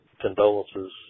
condolences